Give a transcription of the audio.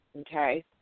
okay